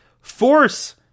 force